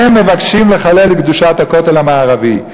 הם מבקשים לחלל את קדושת הכותל הערבי.